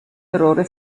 errore